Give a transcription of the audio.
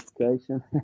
education